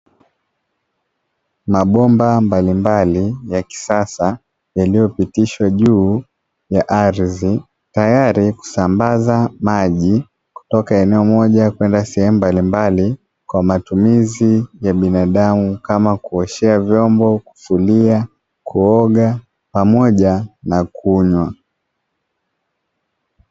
Mabomba mbalimbali ya kisasa yaliyopitishwa juu ya ardhi tayari kusambaza maji kutoka eneo moja kwenda sehemu mbalimbali kwa matumizi ya binadamu kama kuoshea vyombo, kufulia, kuoga pamoja na kunywa.